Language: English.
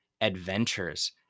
adventures